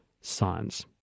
Science